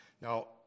Now